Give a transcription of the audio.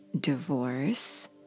divorce